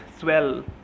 swell